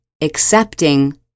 accepting